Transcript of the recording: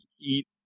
eat